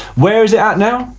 where's it at now?